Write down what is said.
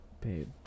Babe